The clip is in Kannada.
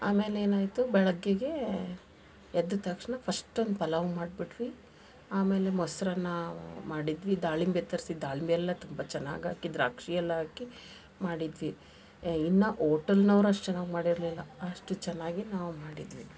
ಆಮೇಲೆ ಏನಾಯಿತು ಬೆಳಿಗ್ಗೆಗೆ ಎದ್ದ ತಕ್ಷಣ ಫಸ್ಟ್ ಒಂದು ಪಲಾವ್ ಮಾಡ್ಬಿಟ್ವಿ ಆಮೇಲೆ ಮೊಸರನ್ನ ಮಾಡಿದ್ವಿ ದಾಳಿಂಬೆ ತರಿಸಿ ದಾಳಿಂಬೆ ಎಲ್ಲ ತುಂಬ ಚೆನ್ನಾಗಾಕಿ ದ್ರಾಕ್ಷಿಯೆಲ್ಲ ಹಾಕಿ ಮಾಡಿದ್ವಿ ಇನ್ನು ಓಟೆಲ್ನವ್ರು ಅಷ್ಟು ಚೆನ್ನಾಗಿ ಮಾಡಿರಲಿಲ್ಲ ಅಷ್ಟು ಚೆನ್ನಾಗಿ ನಾವು ಮಾಡಿದ್ವಿ